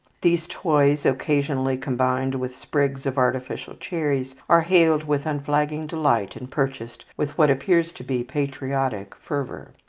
these toys, occasionally combined with sprigs of artificial cherries, are hailed with unflagging delight, and purchased with what appears to be patriotic fervour.